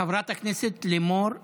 חברת הכנסת לימור מגן.